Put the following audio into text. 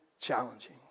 challenging